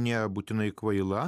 nebūtinai kvaila